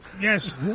Yes